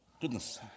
goodness